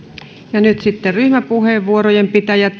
ja nyt sitten ryhmäpuheenvuorojen pitäjät